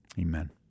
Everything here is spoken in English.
amen